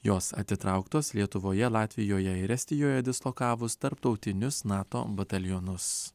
jos atitrauktos lietuvoje latvijoje ir estijoje dislokavus tarptautinius nato batalionus